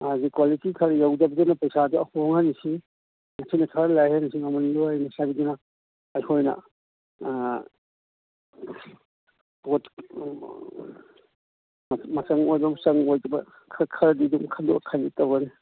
ꯃꯥꯒꯤ ꯀ꯭ꯋꯥꯂꯤꯇꯤ ꯈꯔ ꯌꯧꯗꯕꯗꯨꯅ ꯄꯩꯁꯥꯗꯣ ꯍꯣꯡꯍꯟꯁꯤ ꯃꯁꯤꯅ ꯈꯔ ꯂꯥꯏꯍꯟꯁꯤ ꯃꯃꯟꯗꯣ ꯃꯁꯥꯒꯤꯗꯨꯅ ꯑꯩꯈꯣꯏꯅ ꯄꯣꯠ ꯃꯆꯪ ꯑꯣꯏꯕ ꯃꯆꯪ ꯑꯣꯏꯗꯕ ꯈꯔ ꯈꯔꯗꯤ ꯑꯗꯨꯝ ꯈꯟꯗꯣꯛ ꯈꯥꯏꯗꯣꯛ ꯇꯧꯒꯅꯤ